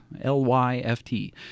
L-Y-F-T